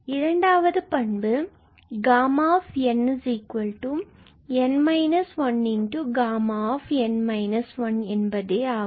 இரண்டாவது பண்பு Γ𝑛𝑛−1Γ𝑛−1 ஆகும்